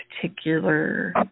particular